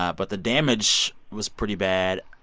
ah but the damage was pretty bad.